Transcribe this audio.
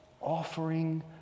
offering